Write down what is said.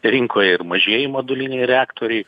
rinkoj ir mažieji moduliniai reaktoriai